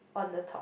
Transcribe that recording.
on the top